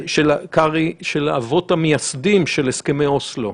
של אבות המייסדים של הסכמי אוסלו.